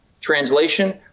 Translation